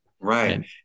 Right